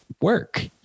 work